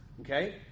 okay